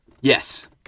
Yes